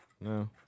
No